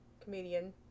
comedian